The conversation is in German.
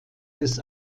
des